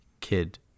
kid